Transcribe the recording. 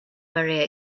very